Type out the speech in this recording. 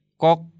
Kok